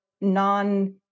non